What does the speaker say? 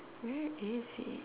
where is it